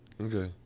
Okay